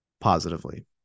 positively